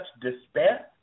despair